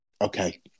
okay